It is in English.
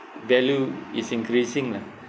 value is increasing lah